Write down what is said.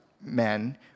men